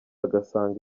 agasanga